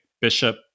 Bishop